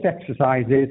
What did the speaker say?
exercises